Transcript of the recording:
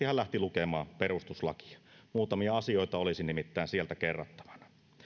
hän lähti lukemaan perustuslakia muutamia asioita olisi nimittäin sieltä kerrattavana